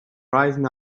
rising